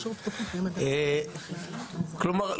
כלומר,